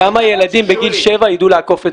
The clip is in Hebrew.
כמה ילדים בגיל שבע ידעו לעקוף את